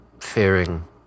fearing